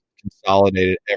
consolidated